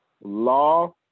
Law